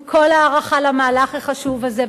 עם כל ההערכה למהלך החשוב הזה,